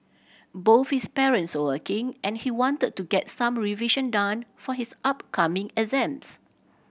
both his parents were working and he wanted to get some revision done for his upcoming exams